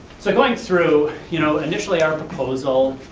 so going through, you know initially our proposal,